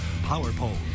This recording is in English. PowerPole